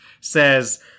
says